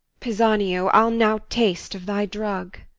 pisanio, i'll now taste of thy drug.